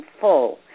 full